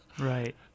Right